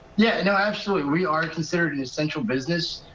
yeah you know absolutely. we are considered an essential business.